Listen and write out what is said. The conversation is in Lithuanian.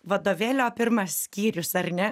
vadovėlio pirmas skyrius ar ne